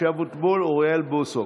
משה אבוטבול ואוריאל בוסו,